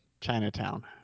Chinatown